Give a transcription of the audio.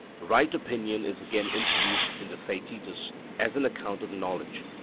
right opinion is again introduced in the theaetetus as an account of knowledge,